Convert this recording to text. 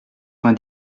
vingt